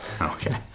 okay